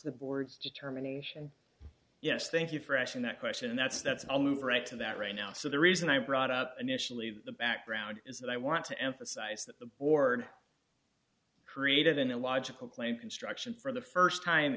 the board's determination yes thank you for action that question that's that's i'll move right to that right now so the reason i brought up initially the background is that i want to emphasize that the board created an illogical claim construction for the st time